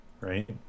right